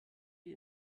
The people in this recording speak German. wir